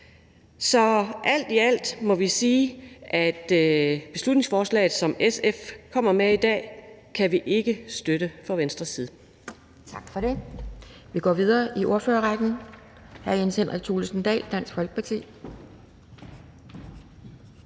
Så alt i alt må vi sige, at beslutningsforslaget, som SF kommer med i dag, kan vi fra Venstres side